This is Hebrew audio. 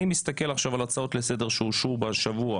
אני מסתכל עכשיו על ההצעות לסדר שאושרו השבוע